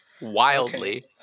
wildly